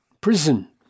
prison